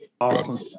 Awesome